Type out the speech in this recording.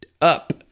up